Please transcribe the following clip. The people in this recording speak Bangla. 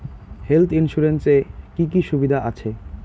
হেলথ ইন্সুরেন্স এ কি কি সুবিধা আছে?